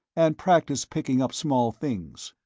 and practice picking up small things.